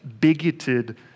bigoted